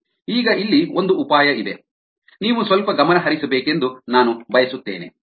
ಈಗ ಇಲ್ಲಿ ಒಂದು ಉಪಾಯ ಇದೆ ನೀವು ಸ್ವಲ್ಪ ಗಮನ ಹರಿಸಬೇಕೆಂದು ನಾನು ಬಯಸುತ್ತೇನೆ